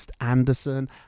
Anderson